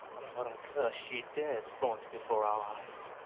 um cur she dares flaunt before our eyes.